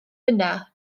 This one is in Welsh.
yna